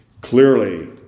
Clearly